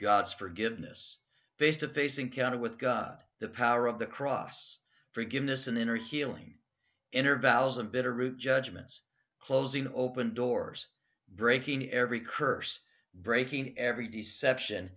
god's forgiveness face to face encounter with god the power of the cross forgiveness and inner healing in or val's of bitterroot judgments closing open doors breaking every curse breaking every deception